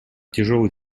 тяжелый